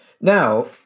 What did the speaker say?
Now